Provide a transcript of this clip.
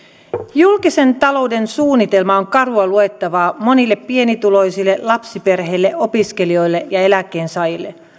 julkisen talouden suunnitelma on karua luettavaa monille pienituloisille lapsiperheille opiskelijoille ja eläkkeensaajille